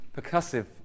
percussive